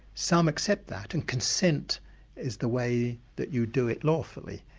some accept that and consent is the way that you do it lawfully.